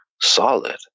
solid